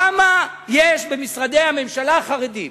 כמה יש במשרדי הממשלה חרדים?